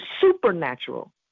supernatural